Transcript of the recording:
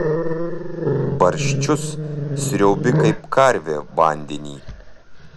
barščius sriaubi kaip karvė vandenį